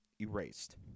erased